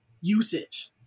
usage